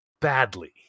badly